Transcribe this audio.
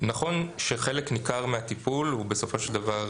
נכון שחלק ניכר מהטיפול הוא סופו של דבר